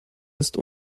ist